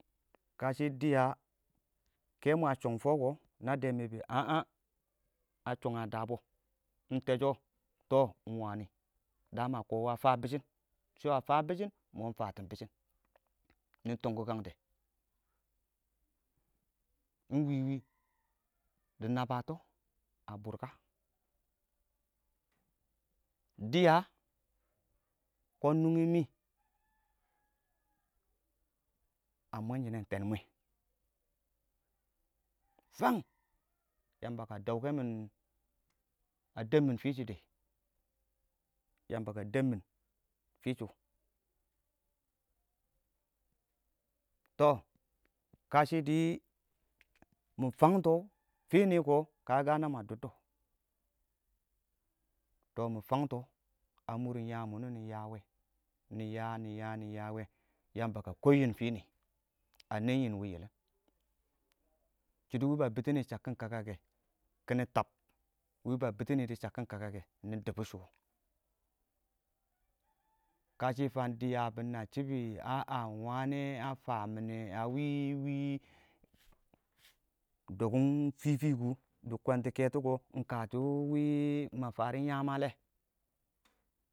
kashɪ dɪya kɛmwe a shung fɔ kɔ nabde mɪ a'a a shʊng a dabɔ iɪng tɛshɔ tɔ ingwani dama kum a faa bɪshɪn shɛ a faa bɪshɪn, ingmɔ faatin bɪshɪn nɪ tunki kangde iɪng wɪwɪ dɪ naba tɔ a bwrka dɪya koob nungi mɪ a mənshinɛn tɛnmwe fancy Yamba kə mɪn a dəbmin fishɔ yamba ka damin fisho, tɔ kashɪ dɪ mɪ fangtɔ fini kɔ nama dʊbdɔ tɔ mɪ tangtɔ a mʊrrʊn yaam wini nɪ yaa wɛ nɪ yaa nɪ yaa yaa wɛ Yamba kə koob yɪn fini a nɛɛn yɪn wɪɪn yɪlɪn shɪidɛ wɪɪn ba bitɔni shabkin kakakɛ kiɪnɪ tab wɪɪn ba bits nidu shabkin kakaɛ nɪ dibɔ shʊwɔ, kashɪ fang bɪ nabbʊ shɪ bɪ a'a iɪng wanɛ a faami kʊ dɪ kwento kɛtɔ kɪɪn ingkashɔ wɪɪn yaan ma lɛ.